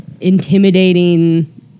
intimidating